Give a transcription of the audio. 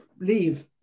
leave